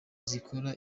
zikora